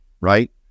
right